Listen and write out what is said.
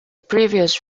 previous